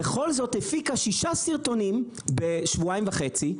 ובכל זאת הפיקה שישה סרטונים בשבועיים וחצי,